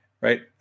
right